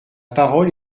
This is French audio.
parole